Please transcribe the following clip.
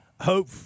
hope